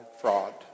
fraud